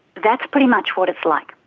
that's pretty much what it's like.